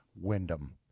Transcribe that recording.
Wyndham